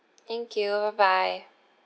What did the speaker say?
thank you bye bye